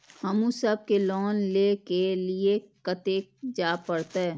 हमू सब के लोन ले के लीऐ कते जा परतें?